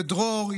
ודרור,